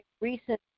recent